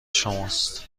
شماست